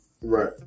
Right